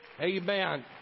Amen